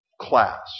class